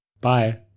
Bye